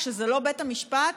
כשזה לא בית המשפט,